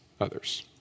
others